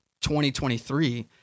2023